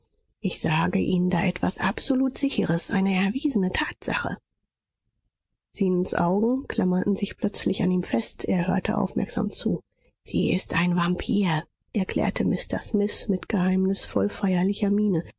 ich sage ihnen da etwas absolut sicheres eine erwiesene tatsache zenons augen klammerten sich plötzlich an ihm fest er hörte aufmerksam zu sie ist ein vampir erklärte mr smith mit geheimnisvoll feierlicher miene